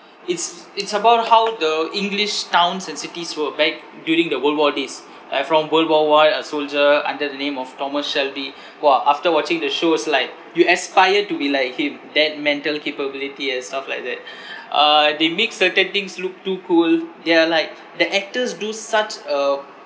it's it's about how the english towns and cities were back during the world war days like from world war one a soldier under the name of thomas shelby !wah! after watching the show is like you aspire to be like him that mental capability and stuff like that uh they make certain things look too cool they are like the actors do such a